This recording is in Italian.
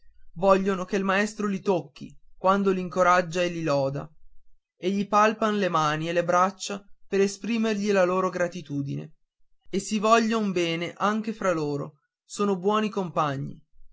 vogliono che il maestro li tocchi quando gli incoraggia e li loda e gli palpan le mani e le braccia per esprimergli la loro gratitudine e si voglion bene anche fra loro sono buoni compagni